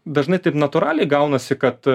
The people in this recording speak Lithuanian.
dažnai taip natūraliai gaunasi kad